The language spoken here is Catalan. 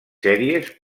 sèries